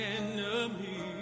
enemy